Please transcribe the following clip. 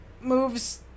moves